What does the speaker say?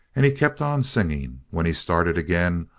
and he kept on singing, when he started again,